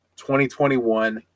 2021